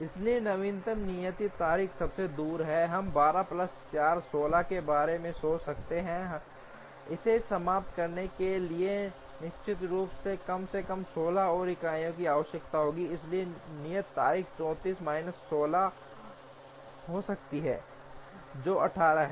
इसलिए नवीनतम नियत तारीख सबसे दूर हम 12 प्लस 4 16 के बारे में सोच सकते हैं इसे समाप्त करने के लिए निश्चित रूप से कम से कम 16 और इकाइयों की आवश्यकता होती है इसलिए नियत तारीख 34 माइनस 16 हो सकती है जो 18 है